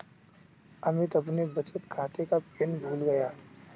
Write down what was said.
अमित अपने बचत खाते का पिन भूल गया है